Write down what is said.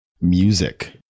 music